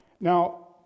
Now